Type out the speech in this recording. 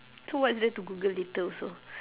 so what is there to google later also